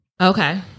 Okay